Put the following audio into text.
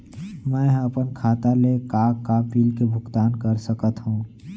मैं ह अपन खाता ले का का बिल के भुगतान कर सकत हो